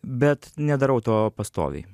bet nedarau to pastoviai